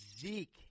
Zeke